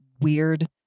weird